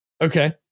Okay